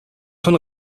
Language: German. von